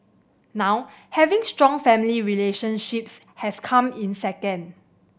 now having strong family relationships has come in second